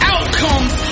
Outcomes